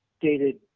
dated